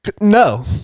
No